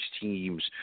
teams